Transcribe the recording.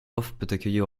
accueillir